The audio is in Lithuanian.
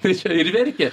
tai čia ir verkė